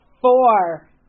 four